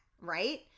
right